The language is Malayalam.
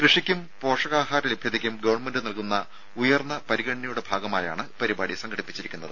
കൃഷിക്കും പോഷകാഹാര ലഭ്യതക്കും ഗവൺമെന്റ് നൽകുന്ന ഉയർന്ന പരിഗണനയുടെ ഭാഗമായാണ് പരിപാടി സംഘടിപ്പിച്ചിരിക്കുന്നത്